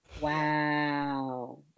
Wow